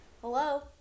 hello